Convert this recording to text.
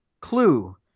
Clue